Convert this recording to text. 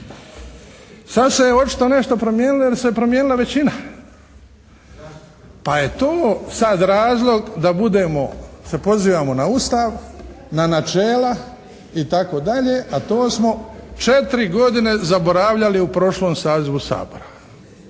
Sad se je očito nešto promijenilo jer se je promijenila većina pa je to sad razlog da budemo, se pozivamo na Ustav, na načela itd. a to smo 4 godine zaboravljali u prošlom sazivu Sabora.